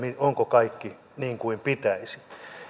onko kaikki niin kuin pitäisi